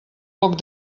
poc